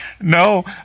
no